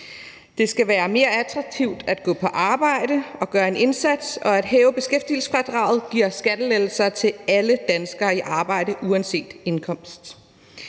Det skal være mere attraktivt at gå på arbejde og gøre en indsats, og at hæve beskæftigelsesfradraget giver skattelettelser til alle danskere i arbejde uanset indkomst.